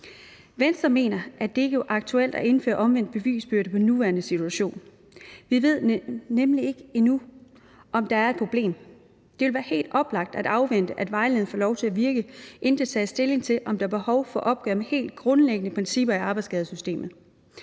Venstre mener, at det ikke er aktuelt at indføre omvendt bevisbyrde i den nuværende situation. Vi ved nemlig ikke endnu, om der er et problem. Det vil være helt oplagt at afvente, at vejledningen får lov til at virke, inden der tages stilling til, om der er behov for at gøre op med helt grundlæggende principper i arbejdsskadesystemet.